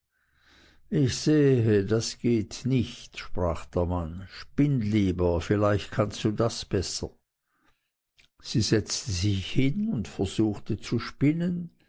ich sehe das geht nicht sprach der mann spinn lieber vielleicht kannst du das besser sie setzte sich hin und versuchte zu spinnen